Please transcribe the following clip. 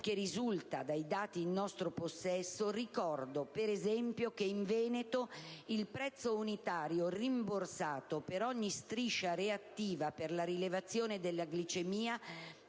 che risulta dai dati in nostro possesso, ricordo per esempio che in Veneto il prezzo unitario rimborsato per ogni striscia reattiva di rilevazione della glicemia